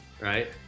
right